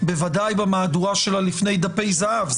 בוודאי במהדורה שלה לפני דפי זהב,